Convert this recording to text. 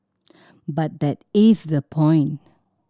but that is the point